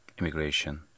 immigration